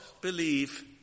believe